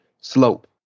slope